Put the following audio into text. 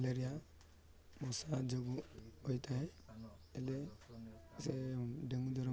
malaria ମଶା ଯୋଗୁଁ ହୋଇଥାଏ ହେଲେ ସେ ଡେଙ୍ଗୁ ଜ୍ୱର